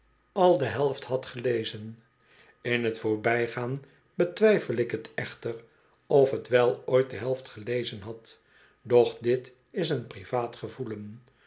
al de helft had gelezen in t voorbijgaan betwijfel ik t echter of het wel ooit de helft gelezen had doch dit is een privaat gevoelen